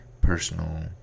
personal